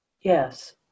Yes